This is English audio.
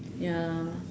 ya